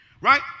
right